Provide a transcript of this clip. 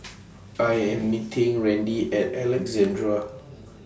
I Am meeting Randy At Alexandra